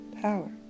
power